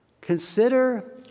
Consider